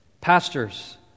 Pastors